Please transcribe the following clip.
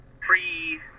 pre